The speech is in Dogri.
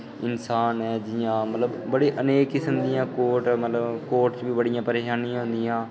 इंसान ऐ मतलब बड़े अनेक किस्म दियां कोर्ट च बी मतलब बड़े किस्म दियां परेशानियां आंदियां